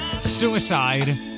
suicide